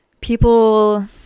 people